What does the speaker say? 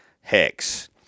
Hex